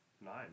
Nine